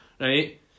right